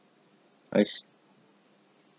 I see